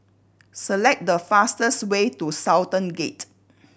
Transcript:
select the fastest way to Sultan Gate